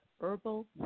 Herbal